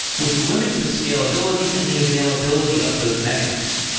which limits the scalability and the availability of those metrics.